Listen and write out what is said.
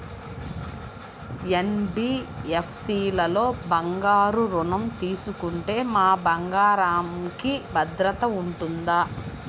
NBFC లలో బంగారు ఋణం తీసుకుంటే మా బంగారంకి భద్రత ఉంటుందా?